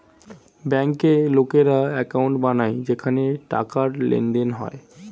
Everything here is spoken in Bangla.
ব্যাংকে লোকেরা অ্যাকাউন্ট বানায় যেখানে টাকার লেনদেন হয়